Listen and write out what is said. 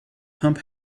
pump